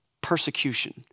persecution